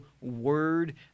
word